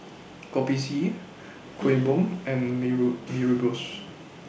Kopi C Kuih Bom and Mee rule Mee Rebus